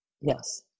Yes